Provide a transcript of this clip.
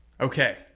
okay